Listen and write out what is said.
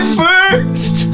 first